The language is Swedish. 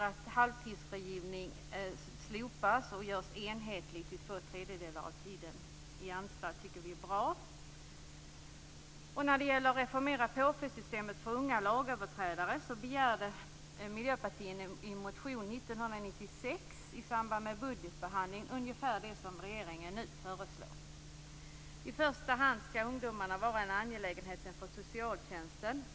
Att halvtidsfrigivning slopas och görs enhetlig till två tredjedelar av tiden i anstalt tycker vi är bra. När det gäller reformering av påföljdssystemet för unga lagöverträdare begärde Miljöpartiet i en motion 1996 i samband med budgetbehandling ungefär det som regeringen nu föreslår. I första hand skall ungdomarna vara en angelägenhet för socialtjänsten.